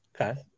Okay